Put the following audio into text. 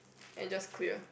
and just clear